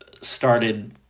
started